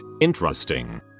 Interesting